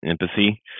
empathy